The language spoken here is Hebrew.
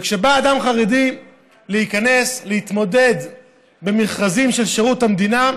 וכשבא אדם חרדי להיכנס להתמודד במכרזים של שירות המדינה,